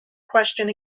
question